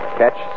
catch